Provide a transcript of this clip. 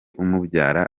umubyara